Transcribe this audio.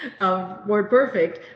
WordPerfect